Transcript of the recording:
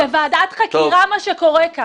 זו ועדת חקירה מה שקורה כאן.